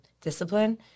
discipline